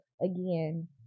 again